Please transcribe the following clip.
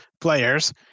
players